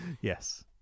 Yes